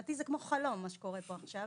מבחינתי זה כמו חלום מה שקורה פה עכשיו,